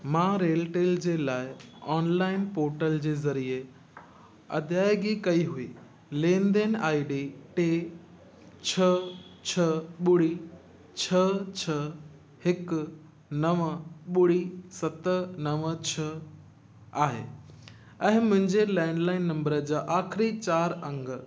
मां रेलटेल जे लाइ ऑनलाइन पोर्टल जे ज़रिए अदायगी कई हुई लेनदेन आई डी टे छह छह ॿुड़ी छह छह हिकु नव ॿुड़ी सत नव छह आहे ऐं मुंहिंजे लैंडलाइन नंबर जा आख़िरी चारि अंग